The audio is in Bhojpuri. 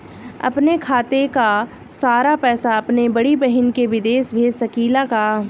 अपने खाते क सारा पैसा अपने बड़ी बहिन के विदेश भेज सकीला का?